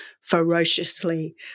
ferociously